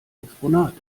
exponat